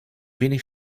wenig